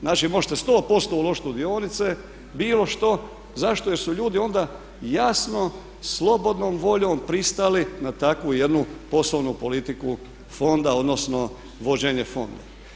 Znači, možete 100% uložiti u dionice bilo što, zašto jer su ljudi onda jasno, slobodnom voljom pristali na takvu jednu poslovnu politiku fonda odnosno vođenje fonda.